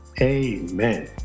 Amen